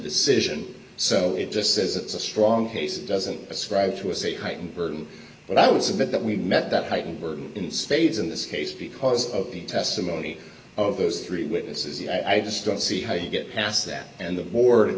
decision so it just says it's a strong case it doesn't ascribe to us a heightened burden but i would submit that we met that heightened burden in spades in this case because of the testimony of those three witnesses and i just don't see how you get past that and the